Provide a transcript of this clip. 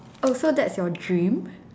oh so that's your dream